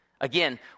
Again